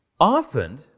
often